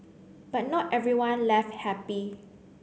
but not everyone left happy